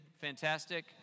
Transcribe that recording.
fantastic